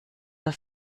oder